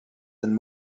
than